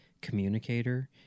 communicator